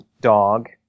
dog